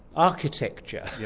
architecture,